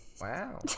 wow